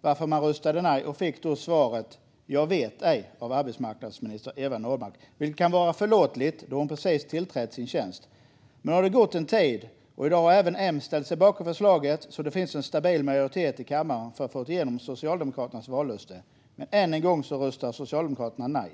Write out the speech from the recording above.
varför man röstade nej till arbetsmarknadsminister Eva Nordmark och fick svaret: Jag vet ej. Det kan vara förlåtligt då hon precis hade tillträtt sin tjänst. Men nu har det gått en tid, och nu har även M ställt sig bakom förslaget. Det finns alltså en stabil majoritet i kammaren för att få igenom Socialdemokraternas vallöfte. Men än en gång röstar Socialdemokraterna nej.